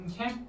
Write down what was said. Okay